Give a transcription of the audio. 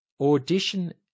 audition